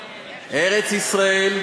ארץ-ישראל,